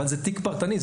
אבל זה תיק פרטני,